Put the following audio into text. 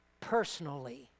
personally